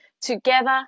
together